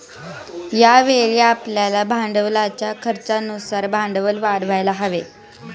यावेळी आपल्याला भांडवलाच्या खर्चानुसार भांडवल वाढवायला हवे